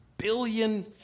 billion